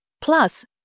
plus